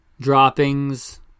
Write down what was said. droppings